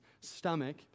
stomach